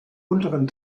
unteren